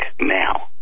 now